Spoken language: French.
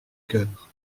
cœur